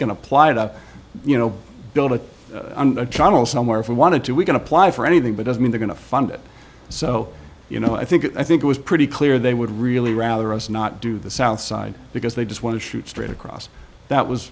can apply it up you know build a channel somewhere if we wanted to we can apply for anything but doesn't mean they going to fund it so you know i think i think it was pretty clear they would really rather us not do the south side because they just want to shoot straight across that was